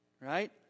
right